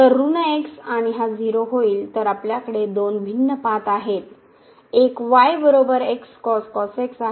तर आपल्याकडे दोन भिन्न पाथ आहेत एक y आहे आणि y बरोबर 2 x आहे